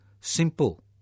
Simple